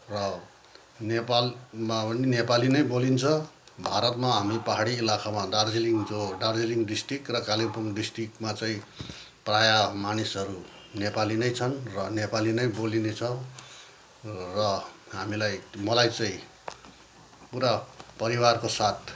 र नेपालमा पनि नेपाली नै बोलिन्छ भारतमा हामी पहाडी इलाकामा दार्जिलिङ जो दार्जिलिङ डिस्ट्रिक्ट र कालिम्पोङ डिस्ट्रिक्टमा चाहिँ प्रायः मानिसहरू नेपाली नै छन् र नेपाली नै बोलिनेछ र हामीलाई मलाई चाहिँ पुरा परिवारको साथ